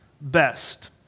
best